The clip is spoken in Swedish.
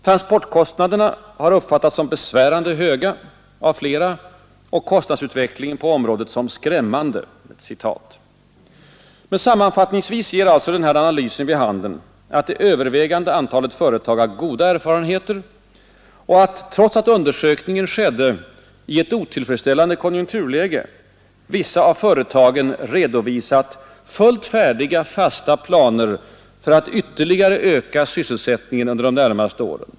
Transportkostnaderna har uppfattats som besvärande höga av flera och kostnadsutvecklingen på området som ”skrämmande”. Sammanfattningsvis ger alltså den här analysen vid handen att det övervägande antalet företag har goda erfarenheter och att, trots att undersökningen företagits i ett otillfredsställande konjunkturläge, vissa av företagen redovisat fullt färdiga fasta planer på att ytterligare öka sysselsättningen under de närmaste åren.